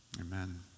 amen